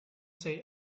say